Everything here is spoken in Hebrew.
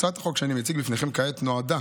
הצעת החוק שאני מציג בפניכם כעת נועדה